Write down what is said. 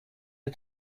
you